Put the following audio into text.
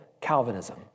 Calvinism